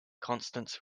constance